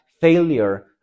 failure